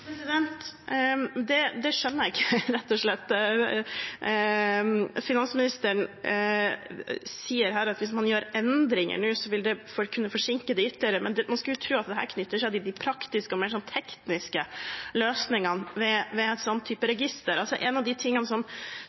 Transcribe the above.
Det skjønner jeg. Finansministeren sier at hvis man gjør endringer nå, vil det kunne forsinke registeret ytterligere, men man skulle tro at dette knytter seg til de praktiske og mer tekniske løsningene ved en sånn type register. Noe av det Stortingets finanskomité var samlet om, var et ønske om bl.a. å ha en